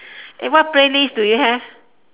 eh what playlist do you have